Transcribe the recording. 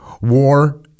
War